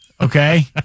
Okay